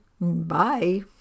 Bye